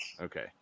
Okay